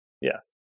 Yes